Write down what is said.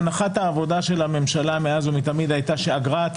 הנחת העבודה של הממשלה מאז ומתמיד הייתה שאגרה אתה